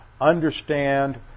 understand